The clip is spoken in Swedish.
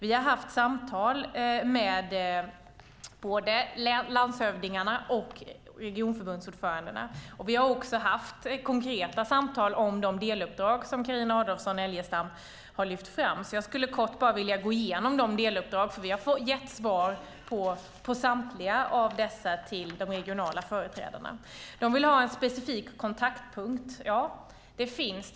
Vi har haft samtal med både landshövdingarna och regionförbundsordförandena. Vi har också haft konkreta samtal om de deluppdrag som Carina Adolfsson Elgestam har lyft fram. Jag skulle bara kort vilja gå igenom de deluppdragen, för vi har gett svar på samtliga av dessa till de regionala företrädarna. De vill ha en specifik kontaktpunkt. Ja, det finns.